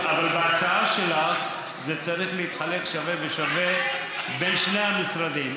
אבל בהצעה שלך זה צריך להתחלק שווה בשווה בין שני המשרדים.